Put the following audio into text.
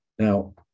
Now